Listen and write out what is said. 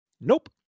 Nope